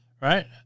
Right